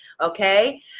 okay